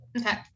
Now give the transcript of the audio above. Okay